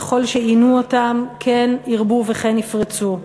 ככל שעינו אותם כן ירבו וכן יפרצו.